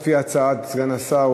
לפי הצעת סגן השר,